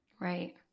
right